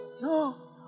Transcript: No